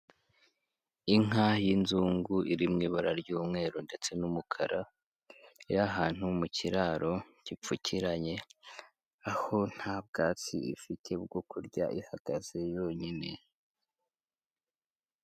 Inka y'inzungu iri mu ibara ry'umweru ndetse n'umukara iri ahantu mu kiraro gipfukiranye, aho nta bwatsi ifite bwo kurya ihagaze yonyine.